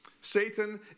Satan